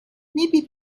maybe